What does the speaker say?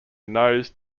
nose